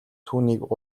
түүнийг